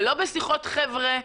ולא בשיחות חבר'ה,